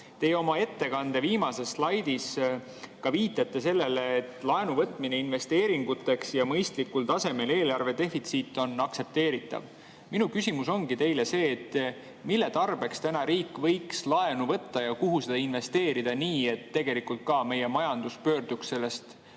Teie oma ettekande viimases slaidis viitate sellele, et laenu võtmine investeeringuteks ja mõistlikul tasemel eelarvedefitsiit on aktsepteeritav. Minu küsimus teile ongi see: mille tarbeks täna riik võiks laenu võtta ja kuhu seda investeerida nii, et meie majandus pöörduks sellest